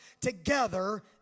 together